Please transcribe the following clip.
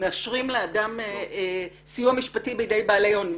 מאשרים לאדם סיוע משפטי בידי בעלי הון,